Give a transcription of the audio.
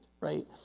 right